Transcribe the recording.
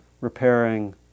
repairing